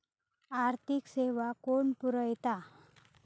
आर्थिक सेवा कोण पुरयता?